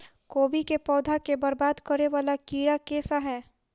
कोबी केँ पौधा केँ बरबाद करे वला कीड़ा केँ सा है?